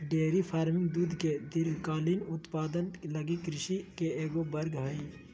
dairy farming दूध के दीर्घकालिक उत्पादन लगी कृषि के एगो वर्ग हइ